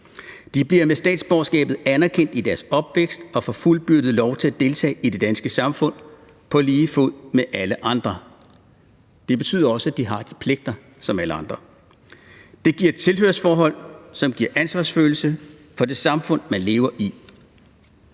De bliver med statsborgerskabet anerkendt i deres opvækst og får fuldbyrdet lov til at deltage i det danske samfund på lige fod med alle andre. Det betyder også, at de har de pligter, som alle andre har. Det giver et tilhørsforhold, som giver ansvarsfølelse over for det samfund, man lever i.